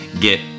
get